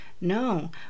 No